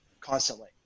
constantly